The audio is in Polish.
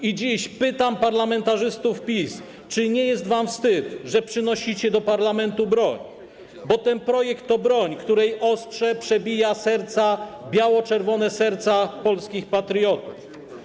I dziś pytam parlamentarzystów PiS, czy nie jest wam wstyd, że przynosicie do parlamentu broń, bo ten projekt to broń, której ostrze przebija serca, biało-czerwone serca polskich patriotów.